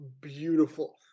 beautiful